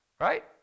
Right